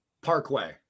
Parkway